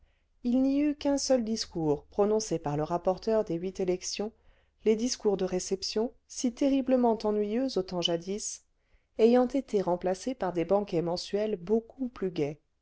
il n'y eut qu'un seul discours prononcé par le rapporteur des huit élections les discours de réception si terriblement ennuyeux au temps jadis ayant été remplacés par des banquets mensuels beaucoup plus gais